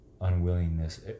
unwillingness